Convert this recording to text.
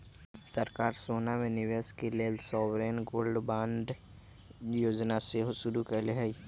सरकार सोना में निवेश के लेल सॉवरेन गोल्ड बांड जोजना सेहो शुरु कयले हइ